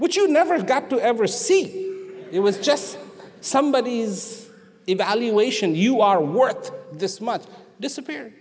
what you never got to ever see it was just somebody is evaluation you are worth this much disappear